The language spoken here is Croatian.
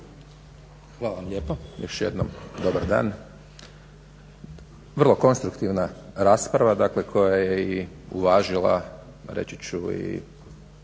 Hvala vam lijepo.